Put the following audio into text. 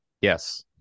Yes